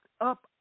up